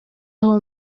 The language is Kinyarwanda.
aho